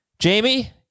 Jamie